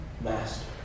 master